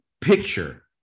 picture